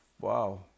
Wow